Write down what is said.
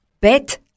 Bet